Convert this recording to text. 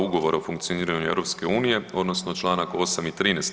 Ugovora o funkcioniranju EU-a odnosno čl. 8. i 13.